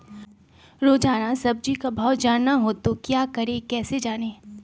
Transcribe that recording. रोजाना सब्जी का भाव जानना हो तो क्या करें कैसे जाने?